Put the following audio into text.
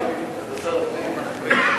משרד הפנים מחליט.